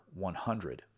100